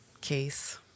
Case